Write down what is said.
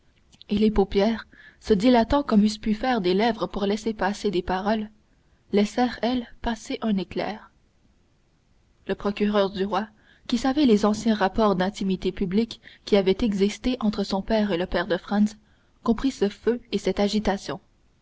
et les paupières se dilatant comme eussent pu faire des lèvres pour laisser passer des paroles laissèrent elles passer un éclair le procureur du roi qui savait les anciens rapports d'inimitié publique qui avaient existé entre son père et le père de franz comprit ce feu et cette agitation